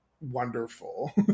wonderful